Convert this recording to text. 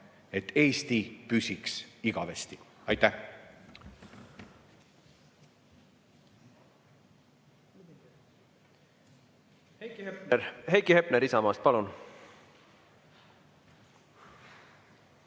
et Eesti püsiks igavesti. Aitäh!